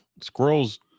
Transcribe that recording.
Squirrel's